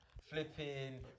flipping